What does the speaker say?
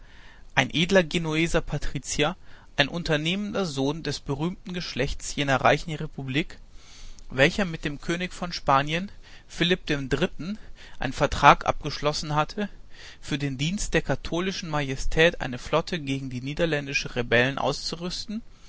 ein edler genueser patrizier ein unternehmender sohn des berühmten geschlechtes jener reichen republik welcher mit dem könig von spanien philipp dem dritten einen vertrag abgeschlossen hatte für den dienst der katholischen majestät eine flotte gegen die niederländischen rebellen auszurüsten